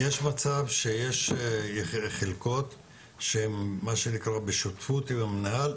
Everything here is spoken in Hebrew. יש מצב שיש חלקות שהן בשותפות עם המנהל,